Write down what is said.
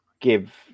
give